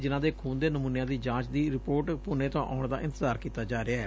ਜਿਨਾਂ ਦੇ ਖੁਨ ਦੇ ਨਮੁਨਿਆਂ ਦੀ ਜਾਂਚ ਦੀ ਰਿਪੋਰਟ ਪੁਨੇ ਤੋਂ ਆਉਣ ਦਾ ਇੰਤਜ਼ਾਰ ਕੀਤਾ ਜਾ ਰਿਹੈ